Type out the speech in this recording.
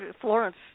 Florence